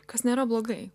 kas nėra blogai